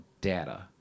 data